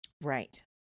Right